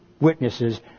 witnesses